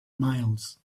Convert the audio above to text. miles